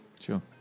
Sure